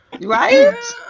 Right